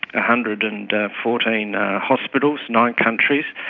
hundred and fourteen hospitals, nine countries,